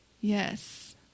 Yes